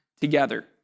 together